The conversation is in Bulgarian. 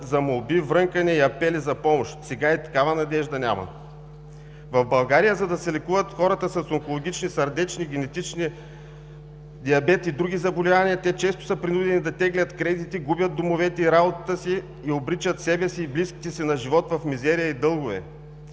за молби, врънкане и апели за помощ. Сега и такава надежда няма. В България, за да се лекуват хората с онкологични, сърдечни, генетични, диабет и други заболявания, те често са принудени да теглят кредити, губят домовете и работата си и обричат себе си и близките си на живот в мизерия и дългове.